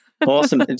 Awesome